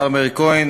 השר מאיר כהן,